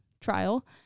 trial